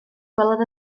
gwelodd